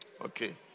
Okay